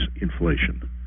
inflation